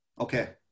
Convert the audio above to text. Okay